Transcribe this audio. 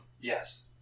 Yes